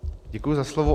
Děkuji za slovo.